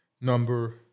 number